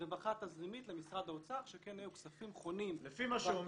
רווחה תזרימית למשרד האוצר שכן היו כספים חונים בטוטו.